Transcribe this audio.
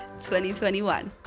2021